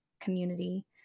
community